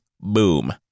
boom